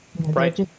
Right